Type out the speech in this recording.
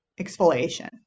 exfoliation